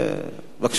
בבקשה.